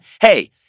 Hey